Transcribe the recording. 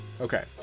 Okay